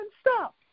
stop